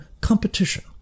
competition